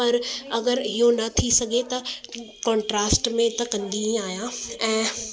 पर अगरि इहो न थी सघे त कॉन्ट्रास्ट में त कंदी ई आहियां ऐं